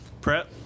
Prep